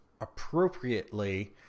appropriately